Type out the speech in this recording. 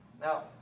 Now